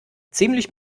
ziemlich